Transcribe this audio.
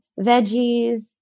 veggies